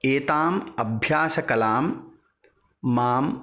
एताम् अभ्यासकलां मां